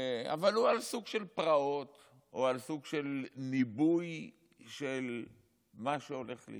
אבל הוא על סוג של פרעות או על סוג של ניבוי של מה שהולך להיות.